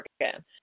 again